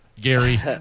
Gary